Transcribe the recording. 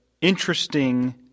interesting